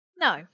No